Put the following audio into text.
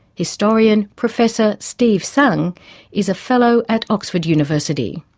historian professor steve tsang is a fellow at oxford university.